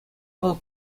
вӑл